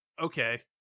okay